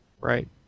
Right